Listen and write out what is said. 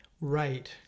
Right